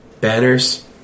banners